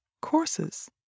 courses